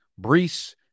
Brees